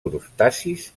crustacis